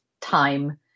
time